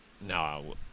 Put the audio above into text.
No